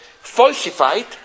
falsified